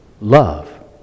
love